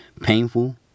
painful